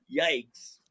yikes